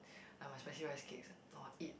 and my spicy rice cakes no I eat